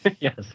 yes